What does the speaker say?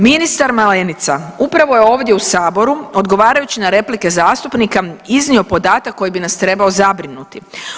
Ministar Malenica upravo je ovdje u Saboru, odgovarajući na replike zastupnika iznio podatak koji bi nas trebao zabrinuti.